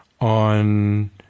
on